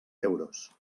euros